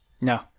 No